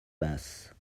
basse